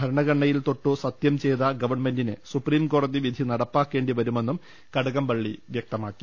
ഭരണഘടനയിൽ തൊട്ടു സത്യം ചെയ് ത ഗവൺമെന്റിന് സുപ്രീംകോടതി വിധി നടപ്പാക്കേണ്ടി വരുമെന്നും കടകംപള്ളി വൃക്തമാക്കി